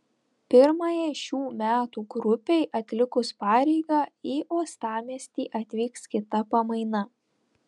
pirmajai šių metų grupei atlikus pareigą į uostamiestį atvyks kita pamaina